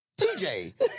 TJ